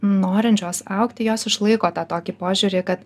norinčios augti jos išlaiko tą tokį požiūrį kad